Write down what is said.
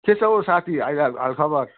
के छ हौ साथी आइ आ हालखबर